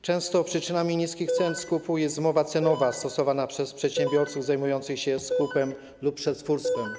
Często przyczynami niskich cen skupu jest zmowa cenowa stosowana przez przedsiębiorców zajmujących się skupem lub przetwórstwem.